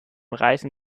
reißen